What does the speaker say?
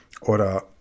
oder